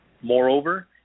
Moreover